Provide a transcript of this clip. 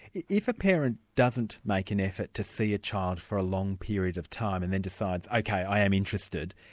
and if a parent doesn't make an effort to see the ah child for a long period of time, and then decides, ok, i am interested',